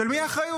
שלי מי האחריות?